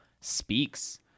speaks